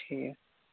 ٹھیٖک